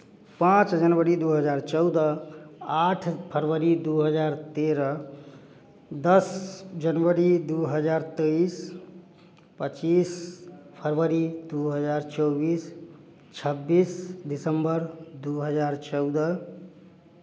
पाँच जनवरी दो हजार चौदह आठ फरवरी दो हज़ार तेरह दस जनवरी दो हज़ार तेईस पच्चीस फरवरी दो हजार चौबीस छब्बीस दिसम्बर दो हजार चौदह